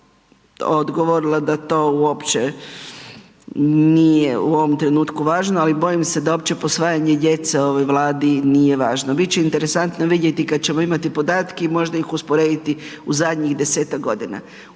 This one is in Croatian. odgovorila da to uopće nije u ovom trenutku važno, ali bojim se uopće posvajanje djece ovoj Vladi nije važno. Bit će interesantno vidjeti kad ćemo imati podatke i možda ih usporediti u zadnjih 10-tak godina.